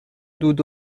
دود